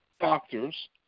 doctors